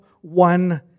one